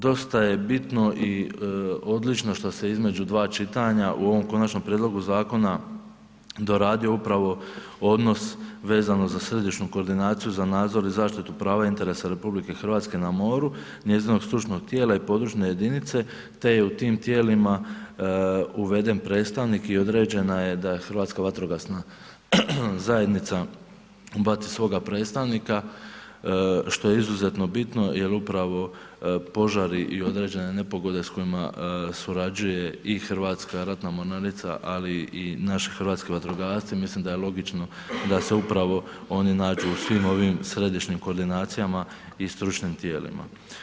Dosta je bitno i odlično što se između dva čitanja u ovom konačnom prijedlogu zakona doradio upravo odnos vezano za središnju koordinaciju za nadzor i zaštitu prava interesa RH na moru, njezinog stručnog tijela i područne jedinice te je u tim tijelima uveden predstavnik i određeno je da je Hrvatska vatrogasna zajednica ubaci svoga predstavnika što je izuzetno bitno jer upravo požari i određene nepogode s kojima surađuje i Hrvatska ratna mornarica, ali i naši hrvatski vatrogasci mislim da je logično da se upravo oni nađu u svim ovim središnjim koordinacijama i stručnim tijelima.